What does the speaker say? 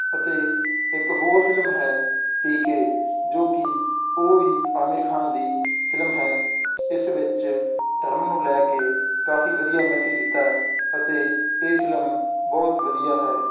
ਅਤੇ ਇੱਕ ਹੋਰ ਫਿਲਮ ਹੈ ਪੀ ਕੇ ਜੋ ਕਿ ਉਹ ਵੀ ਆਮਿਰ ਖਾਨ ਦੀ ਫਿਲਮ ਹੈ ਇਸ ਵਿੱਚ ਧਰਮ ਨੂੰ ਲੈ ਕੇ ਕਾਫੀ ਵਧੀਆ ਮੈਸੇਜ ਦਿੱਤਾ ਅਤੇ ਇਹ ਫਿਲਮ ਬਹੁਤ ਵਧੀਆ ਹੈ